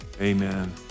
Amen